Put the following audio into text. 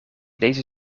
deze